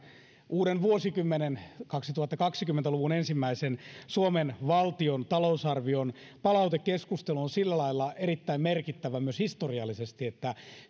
uuden vuosikymmenen kaksituhattakaksikymmentä luvun ensimmäisen suomen valtion talousarvion palautekeskustelu on sillä lailla erittäin merkittävä myös historiallisesti että